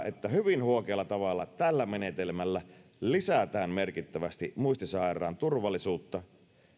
että hyvin huokealla tavalla tällä menetelmällä lisätään merkittävästi muistisairaan turvallisuutta